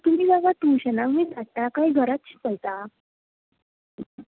तुमी तेका टुशनाक बी धाडटात कांय घरांत शिकयतात